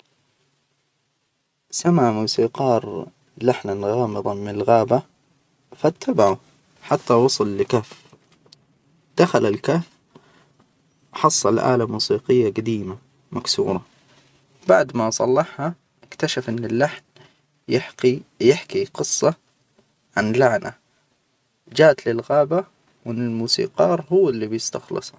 سمع موسيقار لحن غامضا من الغابة، فاتبعه حتى وصل لكهف، دخل الكهف. حصل الآلة موسيقية جديمة مكسورة ، بعد ما صلحها، إكتشف إن اللحن يحقي. يحكي قصة عن لعنة، جاءت للغابة، والموسيقار هو اللي بيستخلصها.